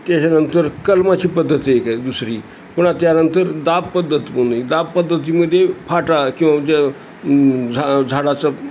त्याच्यानंतर कलमाची पद्धती एक काय दुसरी पण त्यानंतर दाप पद्धत पण आहे दाप पद्धतीमध्ये फाटा किंवा ज्या झा झाडाचं